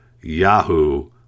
Yahoo